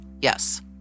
Yes